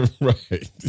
Right